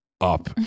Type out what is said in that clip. up